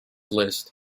list